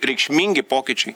reikšmingi pokyčiai